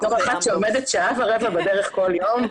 בתור אחת שעומדת שעה ורבע בדרך כל יום,